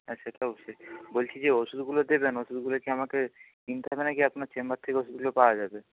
হ্যাঁ সেটা তো অবশ্যই বলছি যে ওষুধগুলো দেবেন ওষুধগুলো কি আমাকে গিয়ে আপনার চেম্বার থেকে ওষুধগুলো পাওয়া যাবে